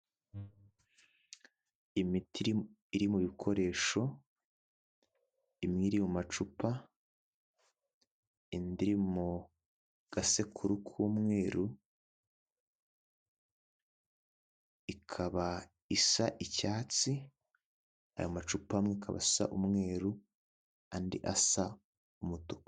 Imiti iri mu bikoresho imwe iri mu macupa indi iri mu gasekuru k'umweru ikaba isa icyatsi aya macupa amwe akaba asa umweru andi asa umutuku.